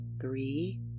three